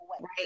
right